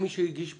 מי שהגיש פתק.